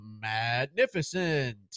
Magnificent